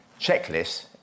checklists